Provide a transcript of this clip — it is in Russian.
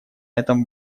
этом